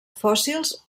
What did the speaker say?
fòssils